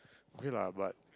okay lah but